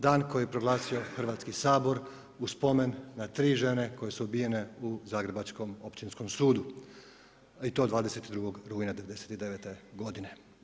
Dan koji je proglasio Hrvatski sabor u spomen na tri žene koje su ubijene u Zagrebačkom općinskom sudu i to 22. rujna '99. godine.